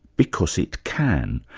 because it can.